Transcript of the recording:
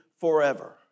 forever